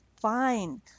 fine